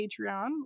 patreon